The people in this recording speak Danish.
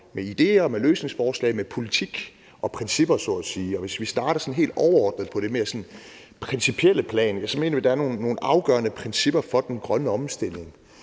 med ideer og løsningsforslag – med politik og principper så at sige. Hvis vi starter helt overordnet på det mere principielle plan, mener vi, at der er nogle afgørende principper for den grønne omstilling.